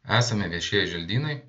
esame viešieji želdynai